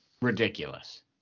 ridiculous